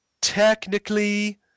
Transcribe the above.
technically